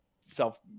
self